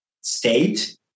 state